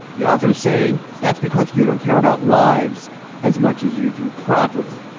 the author saying that's because you don't care about lives as much as you do property.